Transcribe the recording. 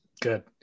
Good